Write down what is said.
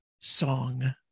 song